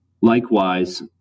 Likewise